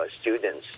students